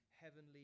heavenly